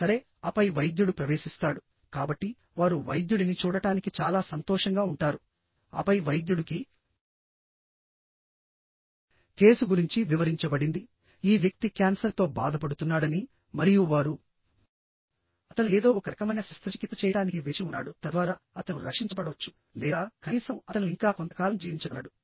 సరే ఆపై వైద్యుడు ప్రవేశిస్తాడు కాబట్టి వారు వైద్యుడిని చూడటానికి చాలా సంతోషంగా ఉంటారు ఆపై వైద్యుడుకి కేసు గురించి వివరించబడింది ఈ వ్యక్తి క్యాన్సర్తో బాధపడుతున్నాడని మరియు వారు అతను ఏదో ఒక రకమైన శస్త్రచికిత్స చేయటానికి వేచి ఉన్నాడు తద్వారా అతను రక్షించబడవచ్చు లేదా కనీసం అతను ఇంకా కొంతకాలం జీవించగలడు